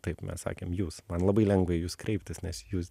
taip mes sakėm jūs man labai lengva į jus kreiptis nes jūs